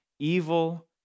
Evil